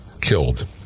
killed